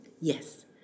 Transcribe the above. Yes